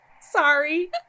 Sorry